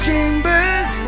chambers